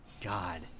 God